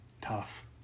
Tough